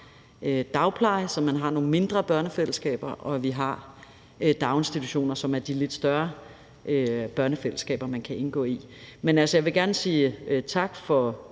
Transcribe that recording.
dagpleje, så man har nogle mindre børnefællesskaber, og at vi har daginstitutioner, som er de lidt større børnefællesskaber, man kan indgå i. Men jeg vil gerne sige tak for,